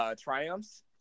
triumphs